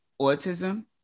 autism